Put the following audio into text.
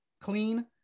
Clean